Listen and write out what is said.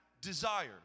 desire